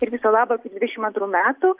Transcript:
ir viso labo iki dvidešimt antrų metų